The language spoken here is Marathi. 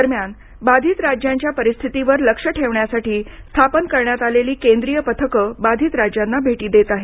दरम्यान बाधित राज्यांच्या परिस्थितीवर लक्ष ठेवण्यासाठी स्थापन करण्यात आलेले केंद्रीय पथकं बाधित राज्यांना भेटी देत आहेत